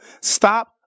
stop